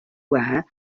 rare